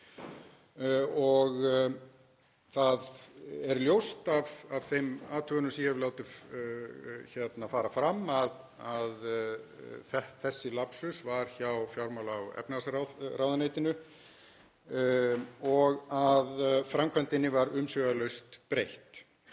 Það er ljóst, af þeim athugunum sem ég hef látið fara fram, að þessi lapsus var hjá fjármála- og efnahagsráðuneytinu og að framkvæmdinni var umsvifalaust breytt.